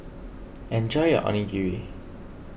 enjoy your Onigiri